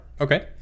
Okay